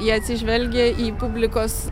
jie atsižvelgia į publikos